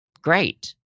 great